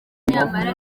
nyamara